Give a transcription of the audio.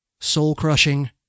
soul-crushing